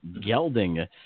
Gelding